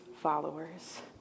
followers